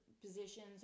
positions